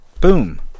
boom